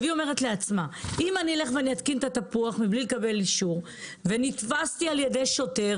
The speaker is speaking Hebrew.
היא אומרת לעצמה: אם אתקין את התפוח מבלי לקבל אישור ואתפס על ידי שוטר